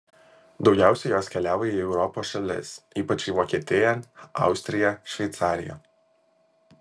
daugiausiai jos keliauja į europos šalis ypač į vokietiją austriją šveicariją